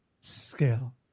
scale